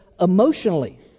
emotionally